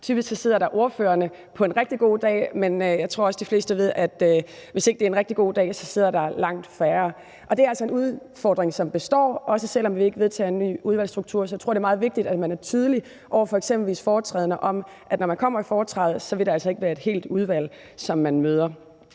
Typisk sidder der på en rigtig god dag ordførerne, men jeg tror også, at de fleste ved, at hvis ikke det er en rigtig god dag, sidder der langt færre. Og det er altså en udfordring, som består, også selv om vi ikke vedtager ny udvalgsstruktur. Så jeg tror, det er meget vigtigt, at man er tydelig om, at når man kommer i foretræde, vil man altså ikke møde et helt udvalg. Det næste,